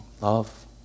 Love